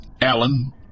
Alan